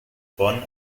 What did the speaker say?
bonn